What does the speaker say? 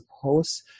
suppose